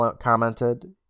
commented